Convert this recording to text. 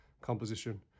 composition